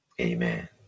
Amen